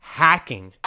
hacking